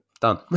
done